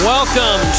Welcome